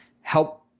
help